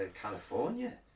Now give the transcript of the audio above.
California